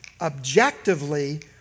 objectively